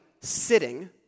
sitting